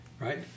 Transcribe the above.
right